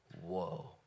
Whoa